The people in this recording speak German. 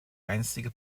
einstige